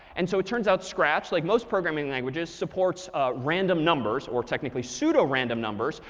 and so it turns out, scratch, like most programming languages, supports random numbers or technically pseudocode random numbers,